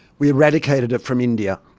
we eradicated it from india,